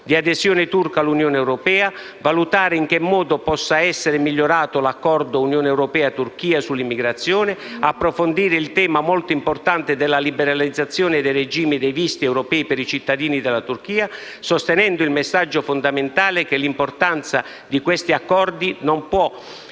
di adesione turca all'Unione europea; valutare in che modo possa essere migliorato l'accordo tra Unione europea e Turchia sull'immigrazione; approfondire il tema molto importante della liberalizzazione del regime dei visti europei per i cittadini della Turchia, sostenendo il messaggio fondamentale che l'importanza di questi accordi non può